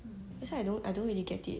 that's why I don't I don't really get it